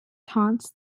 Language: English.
taunts